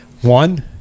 one –